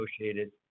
associated